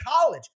college